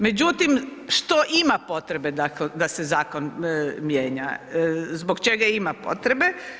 Međutim, što ima potrebe da se zakon mijenja, zbog čega ima potrebe?